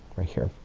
right here.